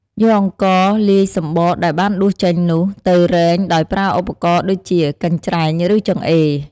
យកអង្ករលាយសម្បកដែលបានដួសចេញនោះ ទៅច្រែងដោយប្រើឧបករណ៍ដូចជាកញ្ច្រែង ឬចង្អេរ ។